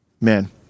man